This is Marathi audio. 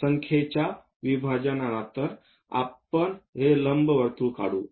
संख्येच्या विभाजनांवर आपण हे लंबवर्तुळ काढू